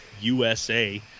USA